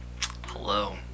Hello